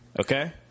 okay